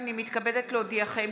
הינני מתכבדת להודיעכם,